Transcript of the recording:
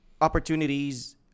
opportunities